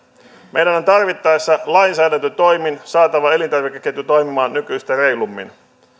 meidän on tarvittaessa lainsäädäntötoimin saatava elintarvikeketju toimimaan nykyistä reilummin